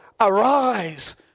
arise